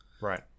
Right